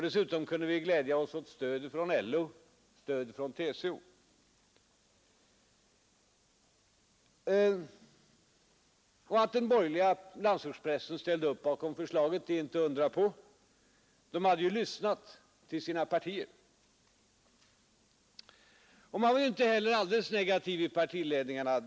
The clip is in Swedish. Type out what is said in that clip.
Dessutom kunde vi glädja oss åt stöd från LO och från TCO. Att den borgerliga landsortspressen ställde upp bakom förslaget är inte att undra på — den hade ju lyssnat till sina partier. Man var inte heller helt negativ i partiledningarna.